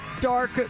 dark